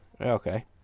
Okay